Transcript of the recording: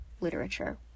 literature